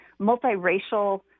multiracial